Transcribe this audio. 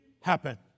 happen